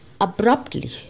abruptly